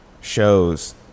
shows